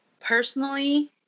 Personally